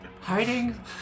Hiding